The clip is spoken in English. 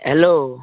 hello